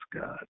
God